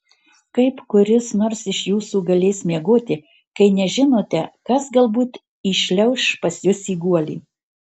kaip kuris nors iš jūsų galės miegoti kai nežinote kas galbūt įšliauš pas jus į guolį